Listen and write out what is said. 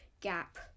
gap